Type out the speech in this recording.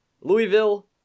Louisville